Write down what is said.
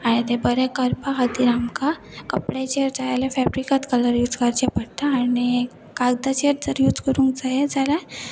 आनी ते बरें करपा खातीर आमकां कपड्याचेर जाय जाल्यार फेब्रिकाच कलर यूज करचे पडटा आनी कागदाचेर जर यूज करूंक जाय जाल्यार